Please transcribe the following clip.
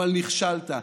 אבל נכשלת.